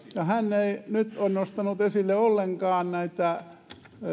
ja hän ei nyt ole nostanut esille ollenkaan näitä